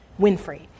Winfrey